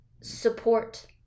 support